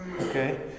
Okay